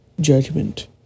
judgment